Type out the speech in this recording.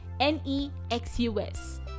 n-e-x-u-s